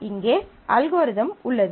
இங்கே அல்காரிதம் உள்ளது